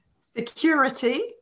Security